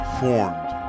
formed